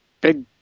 big